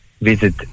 visit